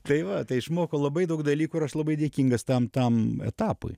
tai va tai išmoko labai daug dalykų ir aš labai dėkingas tam tam etapui